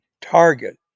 target